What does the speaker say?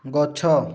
ଗଛ